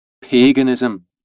paganism